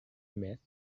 meth